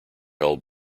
held